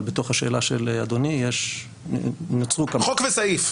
אבל בתוך השאלה של אדוני נוצרו כאן --- חוק וסעיף.